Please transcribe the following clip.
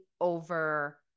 over